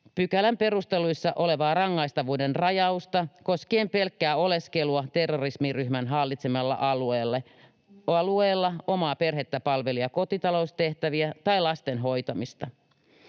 pykälän perusteluissa olevaa rangaistavuuden rajausta koskien pelkkää oleskelua terroristiryhmän hallitsemalla alueella, omaa perhettä palvelevia kotitaloustehtäviä tai lasten hoitamista.